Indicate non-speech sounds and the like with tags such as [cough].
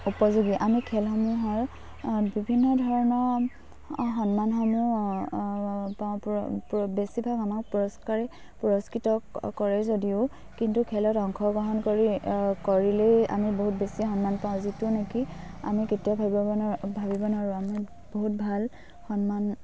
উপযোগী আমি খেলসমূহৰ বিভিন্ন ধৰণৰ সন্মানসমূহ পাওঁ [unintelligible] বেছিভাগ আমাক পুৰস্কাৰে পুৰস্কৃত কৰে যদিও কিন্তু খেলত অংশগ্ৰহণ কৰি কৰিলেই আমি বহুত বেছি সন্মান পাওঁ যিটো নেকি আমি কেতিয়াও ভাবিব নোৱাৰোঁ ভাবিব নোৱাৰোঁ আমি বহুত ভাল সন্মান